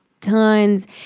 tons